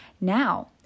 Now